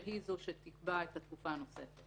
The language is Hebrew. שהיא זו שתקבע את התקופה הנוספת.